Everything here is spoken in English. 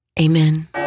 Amen